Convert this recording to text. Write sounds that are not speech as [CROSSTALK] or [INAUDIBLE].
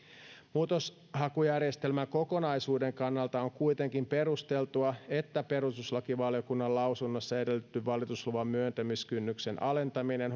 muutoshakujärjestelmän kokonaisuuden kannalta on kuitenkin perusteltua että perustuslakivaliokunnan lausunnossa edellytetty valitusluvan myöntämiskynnyksen alentaminen [UNINTELLIGIBLE]